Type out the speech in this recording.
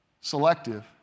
Selective